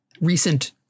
recent